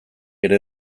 ere